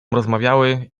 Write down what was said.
rozmawiały